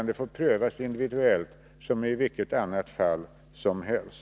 Det får prövas individuellt som i vilket annat fall som helst.